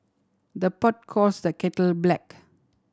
the pot calls the kettle black